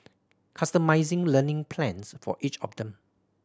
customising learning plans for each of them